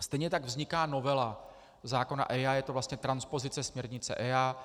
Stejně tak vzniká novela zákona EIA, je to vlastně transpozice směrnice EIA.